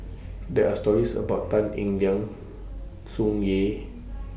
There Are stories about Tan Eng Liang Tsung Yeh